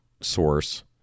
source